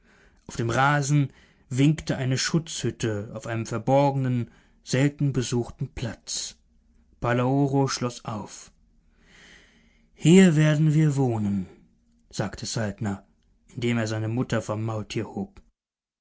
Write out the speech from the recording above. auf dem rasen winkte eine schutzhütte auf einem verborgenen selten besuchten platz palaoro schloß auf hier werden wir wohnen sagte saltner indem er seine mutter vom maultier hob